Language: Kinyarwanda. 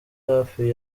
hafi